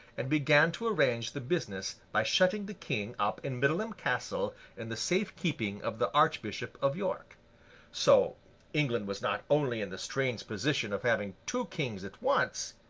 and began to arrange the business by shutting the king up in middleham castle in the safe keeping of the archbishop of york so england was not only in the strange position of having two kings at once,